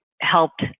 helped